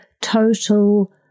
total